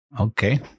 Okay